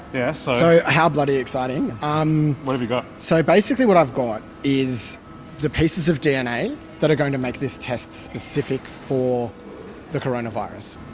yeah. so how bloody exciting. um what have you got? so basically what i've got is the pieces of dna that are going to make this test specific for the coronavirus